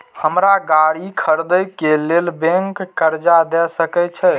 हमरा गाड़ी खरदे के लेल बैंक कर्जा देय सके छे?